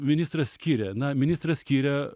ministras skiria na ministras skiria